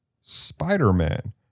Spider-Man